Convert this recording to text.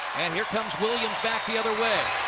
and here comes williams back the other way.